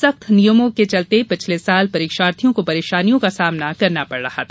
सख्त नियमों में चलते पिछले वर्ष परीक्षार्थियों को परेशानी का सामना करना पड़ रहा था